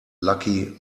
lucky